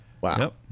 Wow